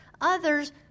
Others